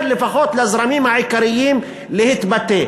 לאפשר, ולתת לפחות לזרמים העיקריים להתבטא.